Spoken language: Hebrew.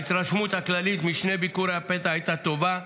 ההתרשמות הכללית משני ביקורי הפתע הייתה טובה: